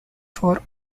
for